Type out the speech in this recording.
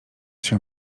się